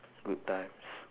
good times